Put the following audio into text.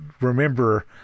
remember